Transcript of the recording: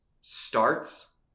starts